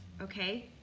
okay